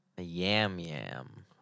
yam-yam